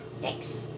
Thanks